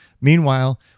Meanwhile